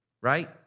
right